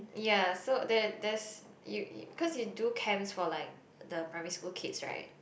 ya so there there's you you cause you do camps for like the primary school kids right